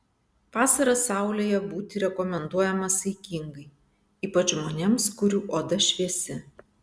vasarą saulėje būti rekomenduojama saikingai ypač žmonėms kurių oda šviesi